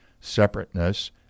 separateness